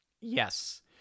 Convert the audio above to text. Yes